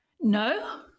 no